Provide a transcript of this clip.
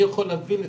מי יכול להתעסק בזה.